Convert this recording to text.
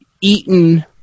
eaten